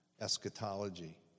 eschatology